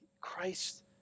Christ